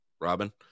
Robin